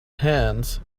hands